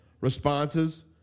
responses